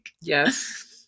Yes